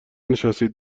نشستید